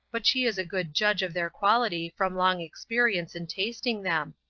but she is a good judge of their quality from long experience in tasting them,